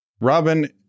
Robin